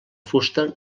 fusta